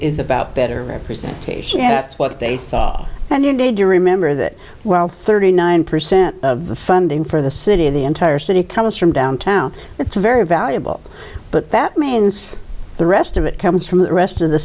is about better representation and that's what they saw and you need to remember that well thirty nine percent of the funding for the city of the entire city comes from downtown that's very valuable but that means the rest of it comes from the rest of the